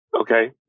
Okay